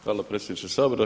Hvala predsjedniče Sabora.